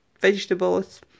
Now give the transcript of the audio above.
vegetables